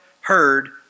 heard